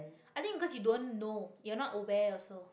i think because you don't know you're not aware also